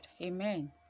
Amen